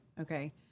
Okay